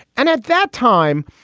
and at that time,